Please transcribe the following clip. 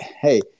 Hey